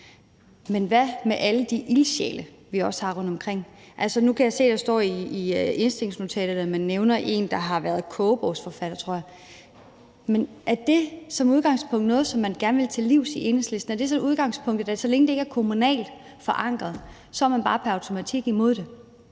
Men hvad med alle de ildsjæle, vi også har rundtomkring? Nu kan jeg se, at man i indstillingsnotatet nævner en, der har været kogebogsforfatter, tror jeg. Men er det som udgangspunkt noget, som man gerne vil til livs i Enhedslisten? Er det udgangspunktet, at så længe det ikke er kommunalt forankret, er man bare pr. automatik imod det?